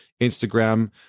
Instagram